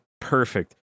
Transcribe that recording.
perfect